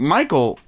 Michael